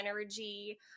energy